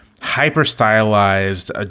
hyper-stylized